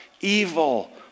Evil